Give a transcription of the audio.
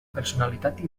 personalitat